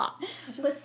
Listen